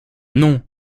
non